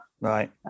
Right